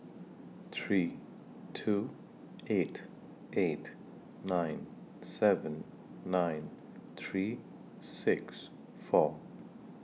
three two eight eight nine seven nine three six four